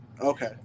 Okay